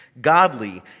godly